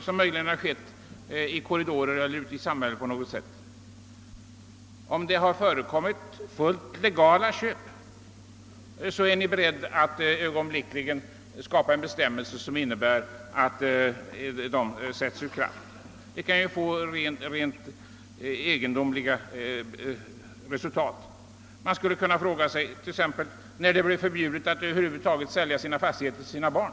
Ni är beredda att ögonblickligen skapa en bestämmelse, innebärande att fullt legala köp inte vinner laga kraft. Detta kan få mycket egendomliga resultat. Man kan bland mycket annat fråga sig när det blev förbjudet att sälja fastigheter till sina barn.